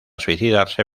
suicidarse